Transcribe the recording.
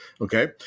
okay